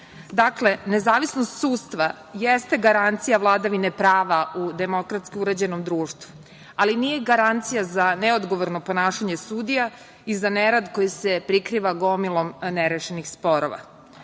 Dakle, nezavisnost sudstva jeste garancija vladavine prava u demokratski uređenom društvu, ali nije garancija za neodgovorno ponašanje sudija i za nerad koji se prikriva gomilom nerešenih sporova.